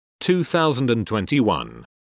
2021